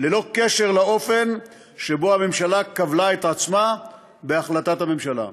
ללא קשר לאופן שבו הממשלה כבלה את עצמה בהחלטת הממשלה.